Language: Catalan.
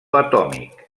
atòmic